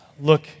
look